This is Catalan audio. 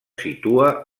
situa